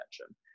attention